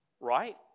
Right